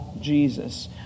Jesus